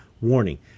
Warning